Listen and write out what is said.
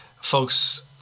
folks